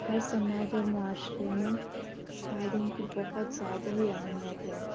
ہر سماج اور معاشرے میں تعلیم کی بہت زیادہ ہی اہمیت ہے